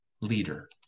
leader